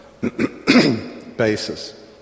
basis